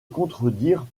contredire